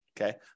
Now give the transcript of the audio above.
okay